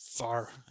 far